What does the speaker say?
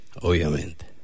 obviamente